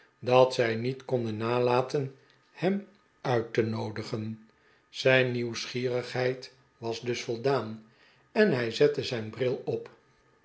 dat zij niet konden nalaten hem uit te noodigen zijn nieuwsgierigheid was dus voldaan en hij zette zijn bril op